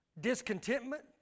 discontentment